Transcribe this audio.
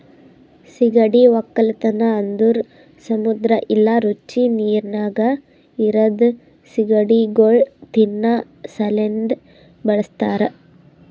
ಸೀಗಡಿ ಒಕ್ಕಲತನ ಅಂದುರ್ ಸಮುದ್ರ ಇಲ್ಲಾ ರುಚಿ ನೀರಿನಾಗ್ ಇರದ್ ಸೀಗಡಿಗೊಳ್ ತಿನ್ನಾ ಸಲೆಂದ್ ಬಳಸ್ತಾರ್